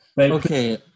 Okay